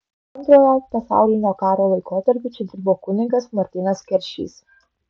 antrojo pasaulinio karo laikotarpiu čia dirbo kunigas martynas keršys